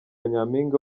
nyampinga